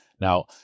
Now